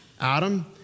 Adam